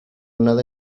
nada